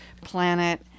planet